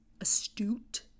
astute